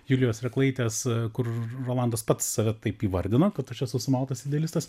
julijos reklaitės kur rr rolandas pats save taip įvardina kad aš esu sumautas idealistas